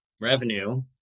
revenue